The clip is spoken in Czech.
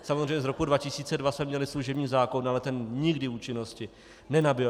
Samozřejmě z roku 2002 jsme měli služební zákon, ale ten nikdy účinnosti nenabyl.